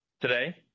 today